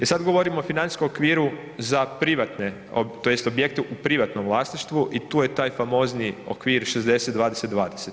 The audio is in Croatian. E sad govorimo o financijskom okviru za privatne, tj. za objekte u privatnom vlasništvu i tu je taj famozni okvir 60-20-20.